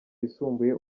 yisumbuye